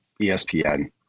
ESPN